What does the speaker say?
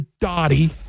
Dottie